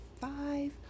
five